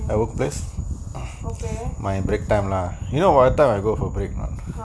my workplace my break time lah you know what time I go for break or not